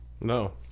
No